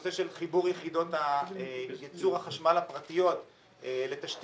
הנושא של חיבור יחידות ייצור החשמל הפרטיות לתשתית